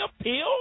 appeal